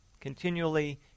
continually